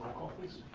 call please.